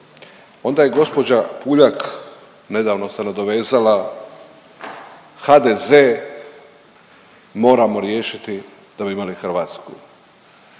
Onda je gđa Puljak nedavno se nadovezala, HDZ moramo riješiti da bi imali Hrvatsku.